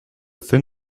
thin